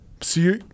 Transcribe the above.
See